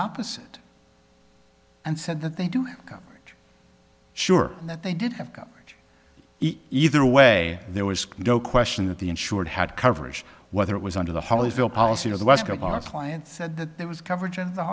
opposite and said that they do have coverage sure that they did have coverage either way there was no question that the insured had coverage whether it was under the hollies bill policy or the last couple our client said that there was coverage and the